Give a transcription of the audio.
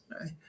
right